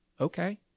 okay